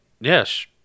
Yes